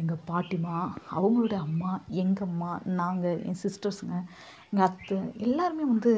எங்கள் பாட்டியம்மா அவங்களோட அம்மா எங்கம்மா நாங்கள் என் சிஸ்டர்ஸுங்க எங்கள் அத்தை எல்லோருமே வந்து